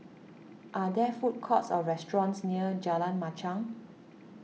are there food courts or restaurants near Jalan Machang